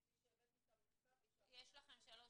כפי שהבאתי עכשיו את המכתב --- יש לכם שלוש